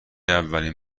اولین